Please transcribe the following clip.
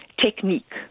technique